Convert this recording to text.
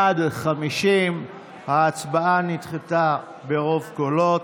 בעד, 50. ההצעה נדחתה ברוב קולות.